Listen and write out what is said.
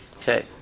Okay